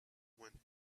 went